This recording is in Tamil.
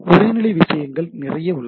உரை நிலை விஷயங்கள் நிறைய உள்ளன